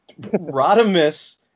Rodimus